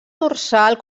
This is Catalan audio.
dorsal